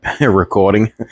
recording